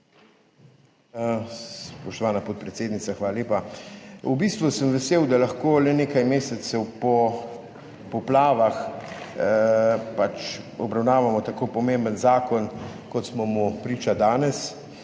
Spoštovana podpredsednica, hvala lepa. V bistvu sem vesel, da lahko le nekaj mesecev po poplavah obravnavamo tako pomemben zakon, kot smo mu priča danes.